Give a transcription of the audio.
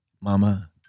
mama